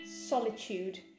solitude